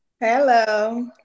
Hello